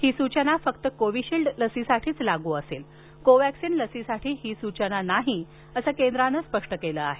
ही सूचना फक्त कोविशील्ड लसीसाठीच लागू असेल कोवॅक्सीन लसीसाठी ही सूचना नाही असं केंद्रानं स्पष्ट केलं आहे